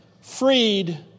freed